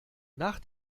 nach